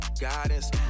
guidance